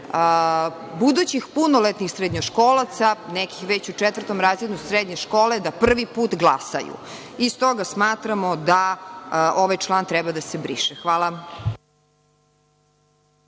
budućih punoletnih srednjoškolaca, nekih već u četvrtom razredu srednje škole da prvi put glasaju. Stoga, smatramo da ovaj član treba da se briše. Hvala.